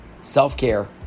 self-care